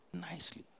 Nicely